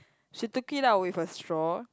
she took it out with a straw